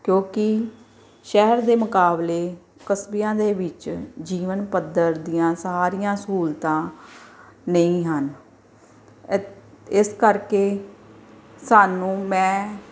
ਕਿਉਂਕਿ ਸ਼ਹਿਰ ਦੇ ਮੁਕਾਬਲੇ ਕਸਬਿਆਂ ਦੇ ਵਿੱਚ ਜੀਵਨ ਪੱਧਰ ਦੀਆਂ ਸਾਰੀਆਂ ਸਹੂਲਤਾਂ ਨਹੀਂ ਹਨ ਐ ਇਸ ਕਰਕੇ ਸਾਨੂੰ ਮੈਂ